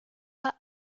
pas